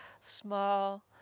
small